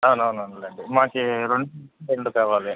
అవునవునులెండి మాకు రెండు రెండు కావాలి